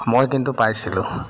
মই কিন্তু পাইছিলোঁ